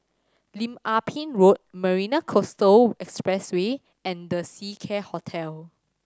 Lim Ah Pin Road Marina Coastal Expressway and The Seacare Hotel